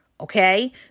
Okay